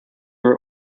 were